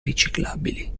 riciclabili